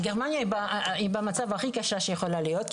גרמניה היא במצב הכי קשה שיכול להיות,